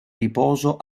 riposo